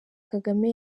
kagame